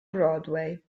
broadway